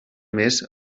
més